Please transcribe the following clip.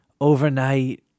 overnight